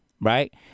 right